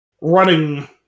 running